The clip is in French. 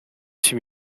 suis